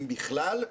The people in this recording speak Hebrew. אם בכלל,